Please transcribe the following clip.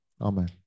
Amen